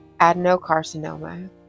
adenocarcinoma